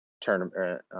tournament